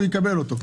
הוא יקבל אותו.